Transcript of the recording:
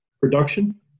production